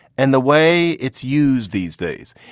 and the way it's used these days.